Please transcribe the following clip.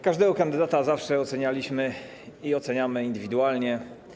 Każdego kandydata zawsze ocenialiśmy i oceniamy indywidualnie.